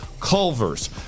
Culver's